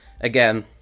again